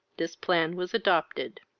this plan was adopted.